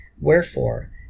Wherefore